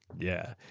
yeah.